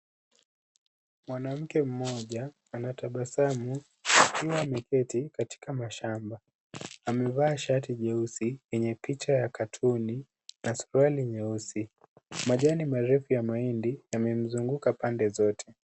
Mwanamke mmoja anatabasamu akiwa ameketi katika mashamba. Amevaa shati nyeusi yenye picha ya katuni na suruali nyeusi. Majani marefu ya mahindi yamemzunguka pande zote.